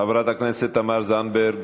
חברת הכנסת תמר זנדברג,